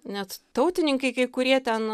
net tautininkai kai kurie ten